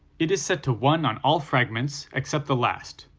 it is set to one on all fragments except the last,